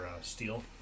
steel